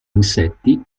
insetti